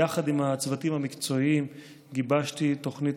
יחד עם הצוותים המקצועיים גיבשתי תוכנית